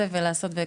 לסיום,